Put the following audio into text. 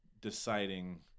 Deciding